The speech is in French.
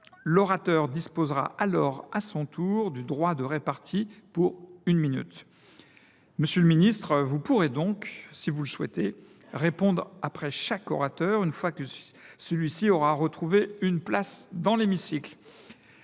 question disposera alors à son tour du droit de répartie pendant une minute. Monsieur le ministre, vous pourrez donc, si vous le souhaitez, répondre après chaque orateur, une fois que celui ci aura retrouvé une place dans l’hémicycle.